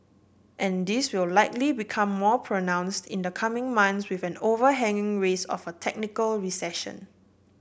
and this will likely become more pronounced in the coming months with an overhang risk of a technical recession